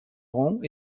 rang